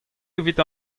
evit